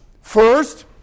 First